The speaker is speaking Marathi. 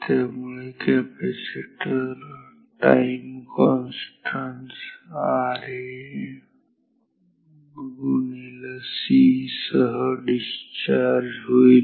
त्यामुळे कॅपॅसिटर टाईम कॉन्स्टंट RaC सह डिस्चार्ज होईल